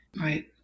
Right